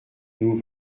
nous